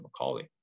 McCauley